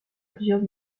plusieurs